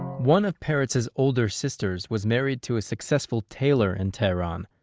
one of peretz's older sisters was married to a successful tailor in tehran.